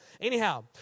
Anyhow